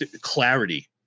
clarity